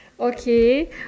okay